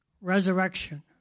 Resurrection